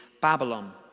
Babylon